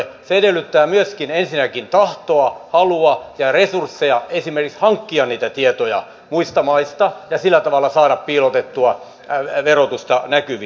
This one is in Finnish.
se edellyttää myöskin esinnäkin tahtoa halua ja resursseja esimerkiksi hankkia niitä tietoja muista maista ja sillä tavalla saada piilotettua verotusta näkyviin